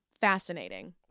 Fascinating